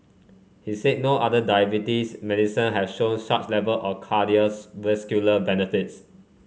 he said no other diabetes medicine had shown such level of cardiovascular benefits